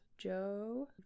Joe